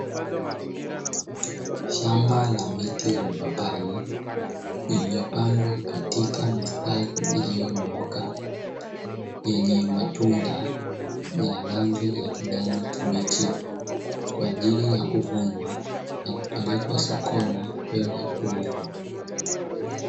Shamba la miti ya mipapai iliyopandwa katika mistari iliyonyooka, yenye matunda ya rangi ya kijani kibichi kwa ajili ya kuvunwa na kupelekwa sokoni kwenda kuuzwa.